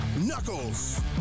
Knuckles